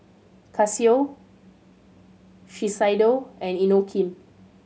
Casio Shiseido and Inokim